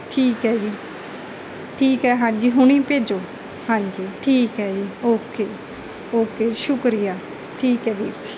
ਠੀਕ ਹੈ ਜੀ ਠੀਕ ਹੈ ਹਾਂਜੀ ਹੁਣੀ ਭੇਜੋ ਹਾਂਜੀ ਠੀਕ ਹੈ ਜੀ ਓਕੇ ਓਕੇ ਸ਼ੁਕਰੀਆ ਠੀਕ ਹੈ ਵੀਰ ਜੀ